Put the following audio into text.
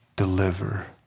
Deliver